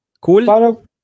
cool